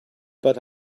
but